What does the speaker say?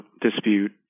dispute